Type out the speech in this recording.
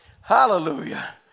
Hallelujah